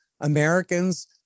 Americans